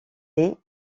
est